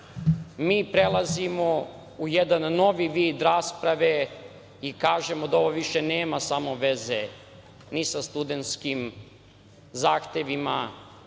mi prelazimo u jedan novi vid rasprave i kažemo da ovo više nema samo veze ni sa studentskim zahtevima,